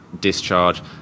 discharge